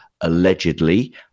allegedly